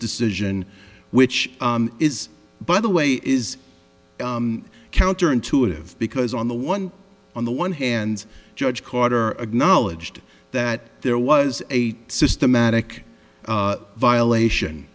decision which is by the way is counter intuitive because on the one on the one hand judge quarter of knowledged that there was a systematic violation